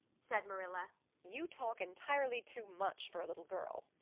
said marilla. you talk entirely too much for a little girl.